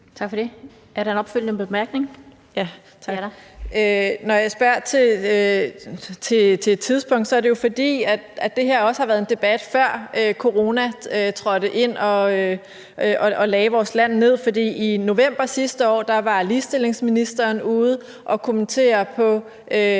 Når jeg spørger til et tidspunkt, er det jo, fordi det her også har været en debat, før corona trådte ind og lagde vores land ned. For i november sidste år var ligestillingsministeren ude at kommentere